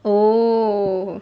oh